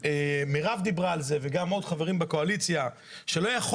מירב דיברה על זה ועוד חברים בקואליציה שלא יכול